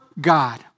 God